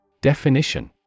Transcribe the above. Definition